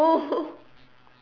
no